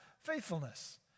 faithfulness